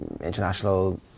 international